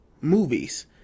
movies